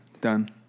Done